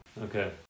Okay